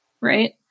right